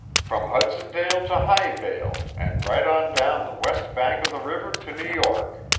from hudsondale to highvale, and right on down the west bank of the river to new york.